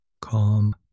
Calm